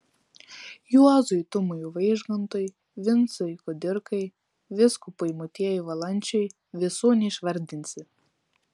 juozui tumui vaižgantui vincui kudirkai vyskupui motiejui valančiui visų neišvardinsi